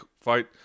fight